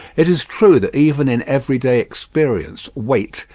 it is true that even in everyday experience weight,